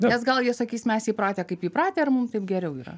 nes gal jie sakys mes įpratę kaip įpratę ir mum taip geriau yra